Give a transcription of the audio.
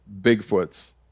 Bigfoots